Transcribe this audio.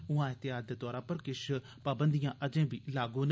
उआं एहतियात दे तौरा पर किश पाबंदियां अजें बी लागू न